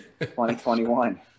2021